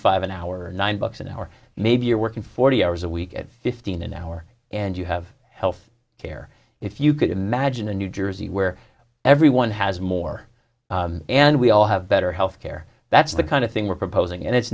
five an hour nine bucks an hour maybe you're working forty hours a week at fifteen an hour and you have health care if you could imagine a new jersey where everyone has more and we all have better health care that's the kind of thing we're proposing and it's